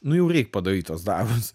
nu jau reik padaryt tuos darbus